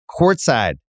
courtside